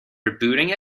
rebooting